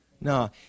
No